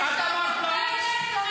-- אני אכניס את אחמד לקואליציה.